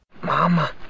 Mama